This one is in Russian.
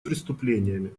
преступлениями